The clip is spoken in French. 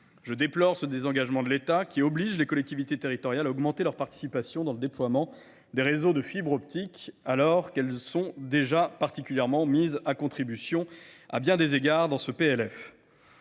Je déplore ce désengagement de l’État, qui oblige les collectivités territoriales à augmenter leur participation dans le déploiement des réseaux de fibre optique, alors qu’elles sont déjà fortement mises à contribution, à bien des égards, dans ce PLF.